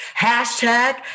hashtag